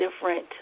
different